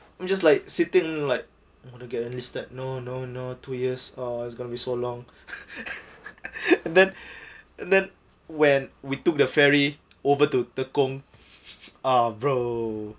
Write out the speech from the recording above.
I'm just like sitting like I'm gonna to get enlisted no no no two years oh it's gonna be so long and then and then when we took the ferry over to tekong ah bro